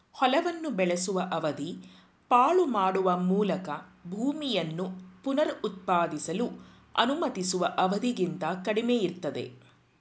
ಹೊಲವನ್ನು ಬೆಳೆಸುವ ಅವಧಿ ಪಾಳು ಬೀಳುವ ಮೂಲಕ ಭೂಮಿಯನ್ನು ಪುನರುತ್ಪಾದಿಸಲು ಅನುಮತಿಸುವ ಅವಧಿಗಿಂತ ಕಡಿಮೆಯಿರ್ತದೆ